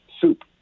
soup